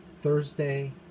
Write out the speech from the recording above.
Thursday